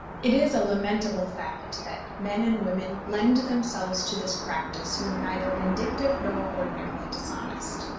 it is a lamentable fact that men and women lend themselves to this practice who are neither vindictive nor ordinarily dishonest.